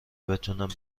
بتونم